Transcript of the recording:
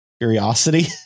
Curiosity